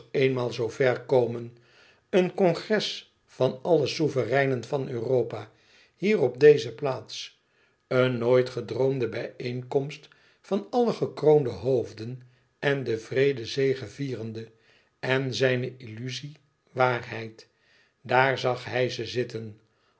eenmaal zoo ver komen een congres van alle souvereinen van europa hier op deze plaats een nooit gedroomde bijeenkomst van alle gekroonde hoofden en de vrede zegevierende en zijne illuzie waarheid daar zag e ids aargang hij ze zitten